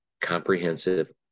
comprehensive